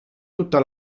tutta